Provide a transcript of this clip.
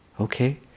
okay